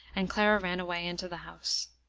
and clara ran away into the house.